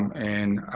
and